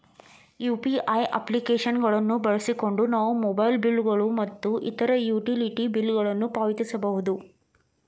UPI application ಗಳನ್ನು ಬಳಸಿಕೊಂಡು ನಾವು ಮೊಬೈಲ್ ಬಿಲ್ ಗಳು ಮತ್ತು ಇತರ ಯುಟಿಲಿಟಿ ಬಿಲ್ ಗಳನ್ನು ಪಾವತಿಸಬಹುದು